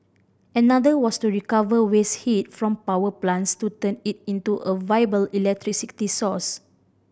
another was to recover waste heat from power plants to turn it into a viable electricity source